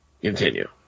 continue